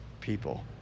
people